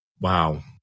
wow